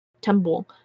temple